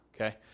okay